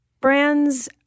brands